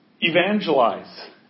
evangelize